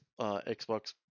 Xbox